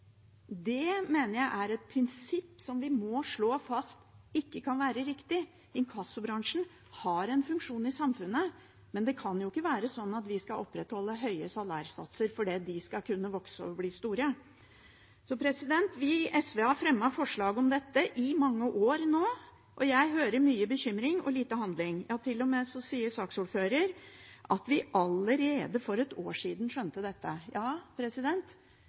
Det mener jeg er et prinsipp vi må slå fast ikke kan være riktig. Inkassobransjen har en funksjon i samfunnet, men det kan ikke være sånn at vi skal opprettholde høye salærsatser for at de skal kunne vokse og bli store. Vi i SV har fremmet forslag om dette i mange år nå, og jeg hører mye bekymring og ser lite handling. Til og med sier saksordføreren at de allerede for et år siden skjønte dette. Ja,